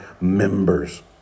members